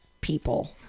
people